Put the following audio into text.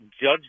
judge